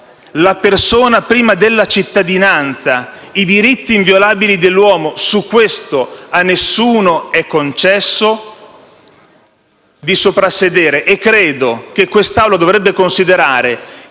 la persona prima della cittadinanza, i diritti inviolabili dell'uomo. Su questo a nessuno è concesso di soprassedere. E credo che questa Assemblea dovrebbe considerare